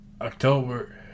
October